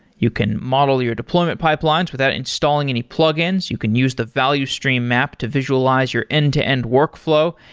you can model your deployment pipelines without installing any plugins. you can use the value stream map to visualize your end-to-end workflow.